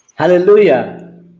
Hallelujah